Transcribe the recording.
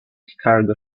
cargo